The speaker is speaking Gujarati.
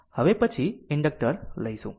તેથી હવે પછી ઇન્ડક્ટર લઈશું